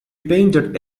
painted